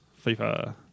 FIFA